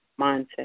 mindset